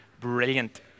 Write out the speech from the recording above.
brilliant